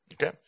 Okay